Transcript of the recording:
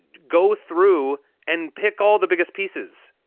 go through and pick all the biggest pieces,